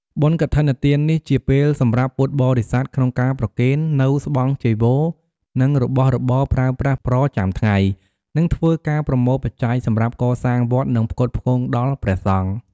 បុណ្យកឋិនទាននេះ ជាពេលសម្រាប់ពុទ្ធបរិស័ទក្នុងការប្រគេននូវស្បង់ចីវរនិងរបស់របរប្រើប្រាស់ប្រចាំថ្ងៃ និងធ្វើការប្រមូលបច្ច័យសម្រាប់កសាងវត្ត និងផ្គត់ផ្គងដល់ព្រះសង្ឃ ។